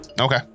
Okay